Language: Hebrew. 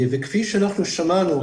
וכפי שאנחנו שמענו,